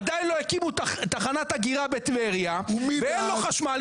עדיין לא הקימו תחנת אגירה בטבריה ואין לו חשמל,